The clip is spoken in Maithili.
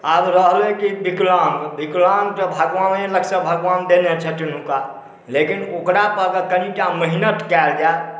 आब रहलै जे विकलाङ्ग विकलाङ्ग तऽ भगवाने लगसँ भगवान देने छथिन हुनका लेकिन ओकरापर कनिटा मेहनति कएल जाइ